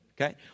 Okay